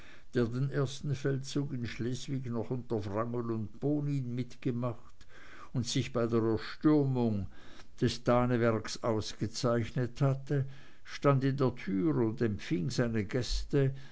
den ersten feldzug in schleswig noch unter wrangel und bonin mitgemacht und sich bei erstürmung des danewerks ausgezeichnet hatte stand in der tür und empfing seine gäste